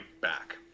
back